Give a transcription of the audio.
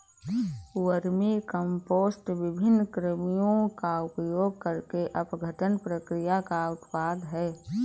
vermicompost विभिन्न कृमियों का उपयोग करके अपघटन प्रक्रिया का उत्पाद है